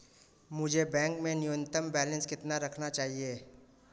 मुझे बैंक में न्यूनतम बैलेंस कितना रखना चाहिए?